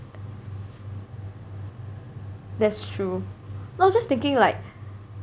that's true no I was just thinking like